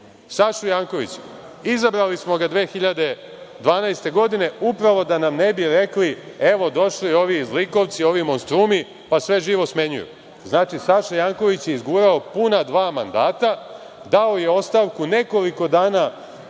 Sašu Jankovića? Izabrali smo ga 2012. godine upravo da nam ne bi rekli – evo, došli ovi zlikovci, ovi monstrumi, pa sve živo smenjuju. Znači, Saša Janković je izgurao puna dva mandata. Dao je ostavku nekoliko dana